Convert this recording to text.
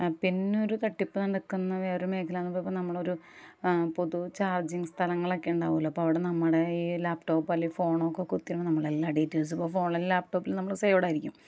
പിന്നെ ഒരു തട്ടിപ്പ് നടക്കുന്ന വേറെ മേഘല എന്ന് ഇപ്പം നമ്മളൊരു പൊതു ചാർജിങ്ങ് സ്ഥലങ്ങളൊക്കെ ഉണ്ടാവുമല്ലോ അപ്പം അവിടെ നമ്മുടെ ഈ ലാപ്ടോപ്പ് അല്ലെങ്കിൽ ഫോൺ ഒക്കെ കുത്തിയാണ് നമ്മൾ എൽ ഡീറ്റെയിൽസും ഇപ്പം ഫോണിൽ ലാപ്ടോപ്പിൽ നമ്മൾ സേവ്ഡ് ആയിരിക്കും